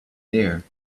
there